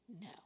no